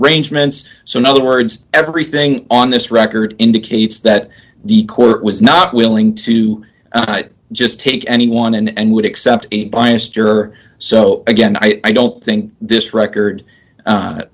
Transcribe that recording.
arrangements so in other words everything on this record indicates that the court was not willing to just take anyone in and would accept a biased or so again i don't think this record